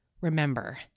remember